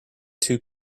two